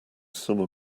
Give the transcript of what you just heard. summa